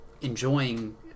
enjoying